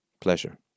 pleasure